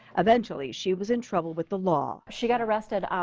eventually she was in trouble with the law. she got arrested. ah